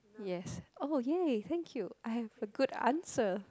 yes oh ya thank you I have a good answer